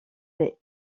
des